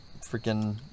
Freaking